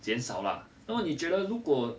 减少啦那么你觉得如果